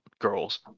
girls